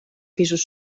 pisos